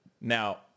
Now